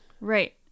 Right